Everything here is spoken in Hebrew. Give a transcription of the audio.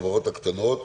החברות הקטנות,